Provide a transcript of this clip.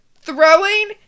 throwing